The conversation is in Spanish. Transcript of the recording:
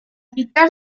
quitar